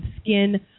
skin